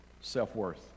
self-worth